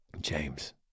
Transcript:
James